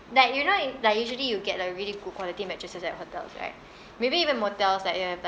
like you know in like usually you get like really good quality mattresses at hotels right maybe even motels like you have like